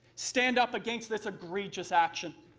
stand up against this egregious action.